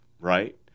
right